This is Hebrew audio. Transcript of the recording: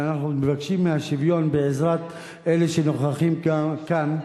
אלא אנחנו מבקשים שוויון בעזרת אלה שנוכחים כאן,